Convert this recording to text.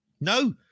No